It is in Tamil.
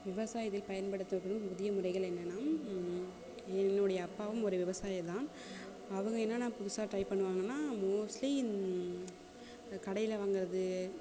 விவசாயத்தில் பயன்படுத்தப்படும் புதியமுறைகள் என்னென்னா என்னுடைய அப்பாவும் ஒரு விவசாயி தான் அவங்க என்னென்ன புதுசாக ட்ரை பண்ணுவாங்கன்னா மோஸ்ட்லி இந்த கடையில் வாங்குறது